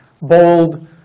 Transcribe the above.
bold